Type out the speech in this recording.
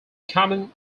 common